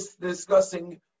discussing